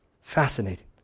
Fascinating